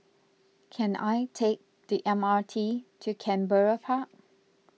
can I take the M R T to Canberra Park